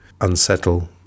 unsettle